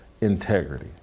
integrity